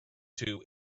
two